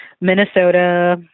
Minnesota